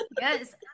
yes